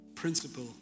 principle